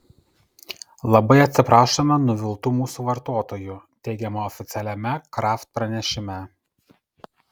labai atsiprašome nuviltų mūsų vartotojų teigiama oficialiame kraft pranešime